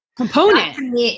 component